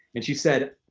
and she said,